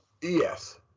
yes